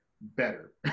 better